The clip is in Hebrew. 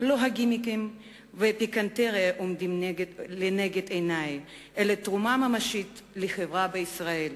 לא הגימיקים והפיקנטריה עומדים לנגד עיני אלא תרומה ממשית לחברה בישראל.